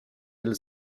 elle